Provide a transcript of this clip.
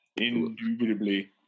Indubitably